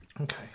okay